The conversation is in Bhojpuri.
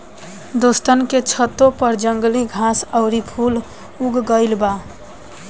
दोस्तन के छतों पर जंगली घास आउर फूल उग गइल बा